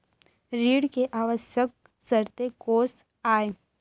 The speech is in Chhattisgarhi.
ऋण के आवश्यक शर्तें कोस आय?